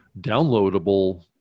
downloadable